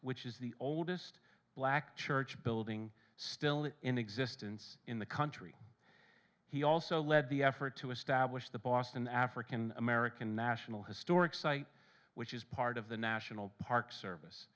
which is the oldest black church building still in existence in the country he also led the effort to establish the boston african american national historic site which is part of the national park service